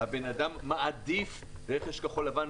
הוא שנים שם והוא מעדיף רכש כחול לבן.